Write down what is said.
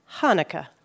Hanukkah